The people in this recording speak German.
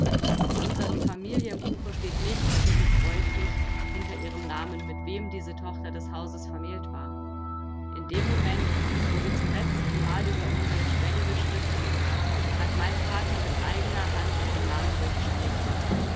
in unserem familienbuche steht nicht wie gebräuchlich hinter ihrem namen mit wem diese tochter des hauses vermählt war in dem moment wo sie zum letztenmal über unsere schwelle geschritten ist hat mein vater mit eigener hand ihren namen durchstrichen